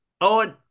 Owen